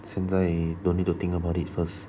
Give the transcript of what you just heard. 现在 don't need to think about it first